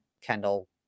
Kendall